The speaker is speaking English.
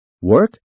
work